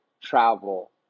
travel